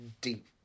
deep